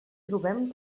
trobem